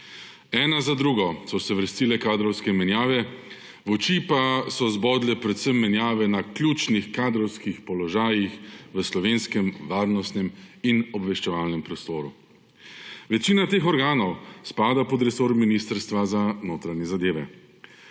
Ena za drugo so se vrstile kadrovske menjave, v oči pa so zbodle predvsem menjave na ključnih kadrovskih položajih v slovenskem varnostnem in obveščevalnem prostoru. Večina teh organov spada pod resor Ministrstva za notranje zadeve.